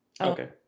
Okay